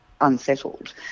unsettled